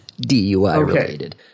DUI-related